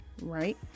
right